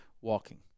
walking